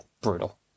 Brutal